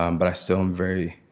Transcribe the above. um but i still am very,